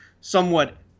somewhat